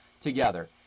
together